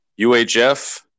UHF